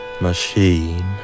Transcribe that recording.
machine